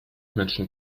menschen